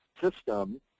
system